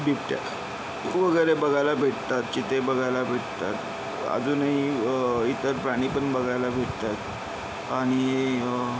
बिबट्या वगैरे बघायला भेटतात चित्ते बघायला भेटतात अजूनही इतर प्राणी पण बघायला भेटतात आणि